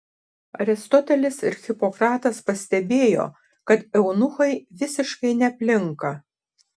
aristotelis ir hipokratas pastebėjo kad eunuchai visiškai neplinka